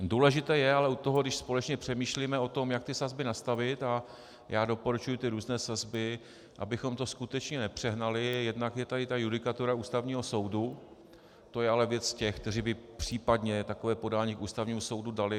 Důležité je ale u toho, když společně přemýšlíme o tom, jak ty sazby nastavit, a já doporučuji ty různé sazby, abychom to skutečně nepřehnali, jednak je tady ta judikatura Ústavního soudu, to je ale věc těch, kteří by případně takové podání k Ústavnímu soudu dali.